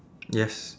yes